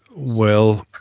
well,